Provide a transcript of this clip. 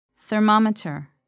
Thermometer